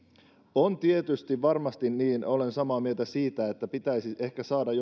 on tietysti varmasti niin olen samaa mieltä siitä että pitäisi ehkä saada